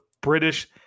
British